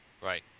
Right